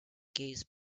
gaze